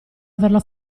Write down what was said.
averlo